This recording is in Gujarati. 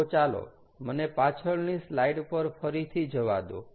તો ચાલો મને પાછળની સ્લાઈડ પર ફરીથી જવા દો